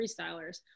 freestylers